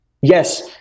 Yes